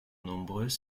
nombreux